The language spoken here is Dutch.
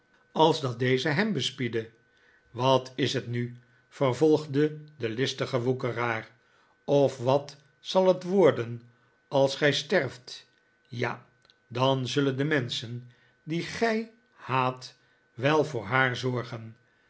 als dat deze hem bespiedde wat is het nu vervolgde de listige woekeraar of wat zal het worden als gij sterft ja dan zullen de menschen die gij haat wel voor haar zorgen